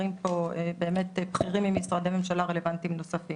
חברים בו משרדי הממשלה השונים.